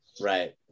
Right